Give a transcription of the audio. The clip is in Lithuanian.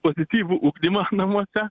pozityvų ugdymą namuose